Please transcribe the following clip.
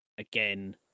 again